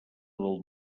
del